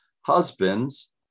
Husbands